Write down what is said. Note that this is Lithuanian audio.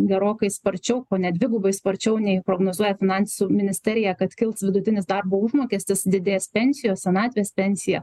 gerokai sparčiau kone dvigubai sparčiau nei prognozuoja finansų ministerija kad kils vidutinis darbo užmokestis didės pensijos senatvės pensija